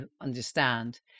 understand